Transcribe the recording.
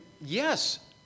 yes